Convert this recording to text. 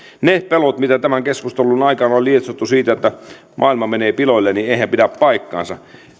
ne pelot mitä tämän keskustelun aikana on lietsottu siitä että maailma menee piloille eivät pidä paikkaansa